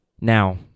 Now